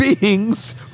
beings